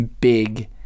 big